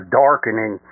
darkening